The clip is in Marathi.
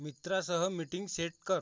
मित्रासह मिटिंग सेट कर